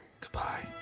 Goodbye